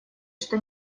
что